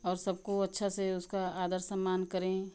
और सबको अच्छा से उसका आदर सम्मान करें